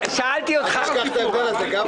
חברי הכנסת קיבלו את ההצעות שלנו בעניין הזה.